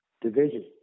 division